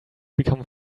become